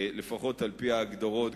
לפחות על-פי ההגדרות,